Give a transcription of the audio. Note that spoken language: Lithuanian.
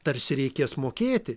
tarsi reikės mokėti